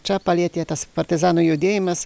čia palietė tas partizanų judėjimas